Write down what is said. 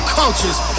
cultures